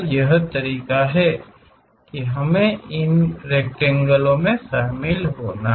यही तरीका है कि हमें इन रेकटेंगेलों में शामिल होना है